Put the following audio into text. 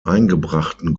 eingebrachten